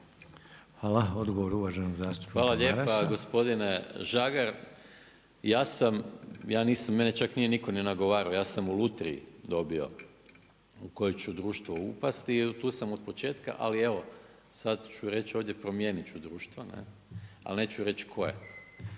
Hvala. Odgovor uvaženog zastupnika Marasa. **Maras, Gordan (SDP)** Hvala lijepa gospodine Žagar. Ja sam, ja nisam, mene čak nije nitko ni nagovarao, ja sam na lutriji dobio, u koje ću društvo upasti i tu sam od početka, ali evo sad ću reći ovdje promijeniti ću društva, ali neću reći koje